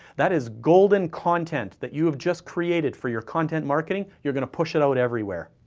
that is golden content that you have just created for your content marketing. you're gonna push it out everywhere.